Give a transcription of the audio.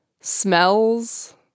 smells